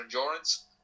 endurance